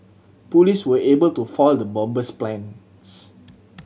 police were able to foil the bomber's plans